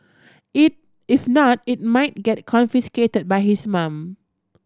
if not it might get confiscated by his mum